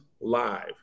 live